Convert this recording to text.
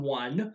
one